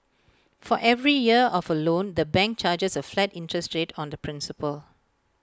for every year of A loan the bank charges A flat interest rate on the principal